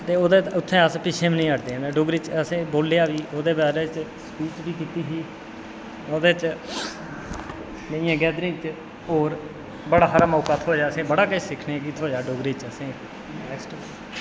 ते उत्थै अस पिच्छें बी निं हटदे न डोगरी च बोलेआ बी ओह्दे बारे च मेह्नत बी कीती ही ओह्दे च इ'यां गैदरिंग च होर बड़ा हारा मौका थ्होआ असें बड़ा बड़ा किश सिक्खने गी थ्होआ डोगरी च असेंगी